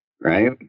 right